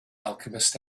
alchemist